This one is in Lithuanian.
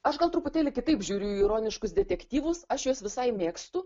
aš gal truputėlį kitaip žiūriu į ironiškus detektyvus aš juos visai mėgstu